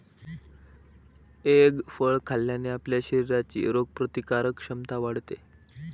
egg फळ खाल्ल्याने आपल्या शरीराची रोगप्रतिकारक क्षमता वाढते